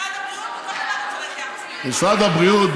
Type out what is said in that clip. משרד הבריאות,